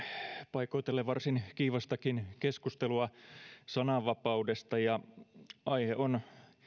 paikoitellen varsin kiivastakin keskustelua sananvapaudesta aihe on